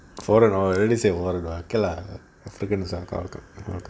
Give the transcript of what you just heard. foreign already say all but okay lah